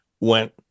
went